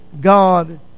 God